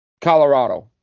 Colorado